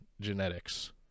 genetics